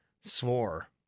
swore